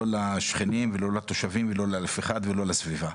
לא לשכנים ולא לתושבים ולא לאף אחד ולא לסביבה.